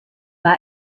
war